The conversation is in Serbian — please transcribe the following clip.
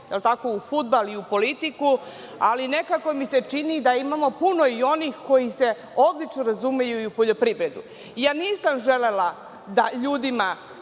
u fudbal i u politiku, a nekako mi se čini da imamo puno i onih koji se odlično razumeju i u poljoprivredu. Nisam želela da ljudima